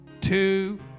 two